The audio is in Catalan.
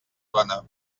trona